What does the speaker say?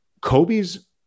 Kobe's